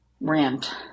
rent